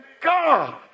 God